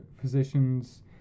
physicians